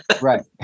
right